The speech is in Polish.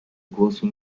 głosu